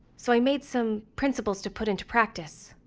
so i made some principles to put into practice.